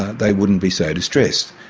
they wouldn't be so distressed.